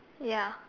ya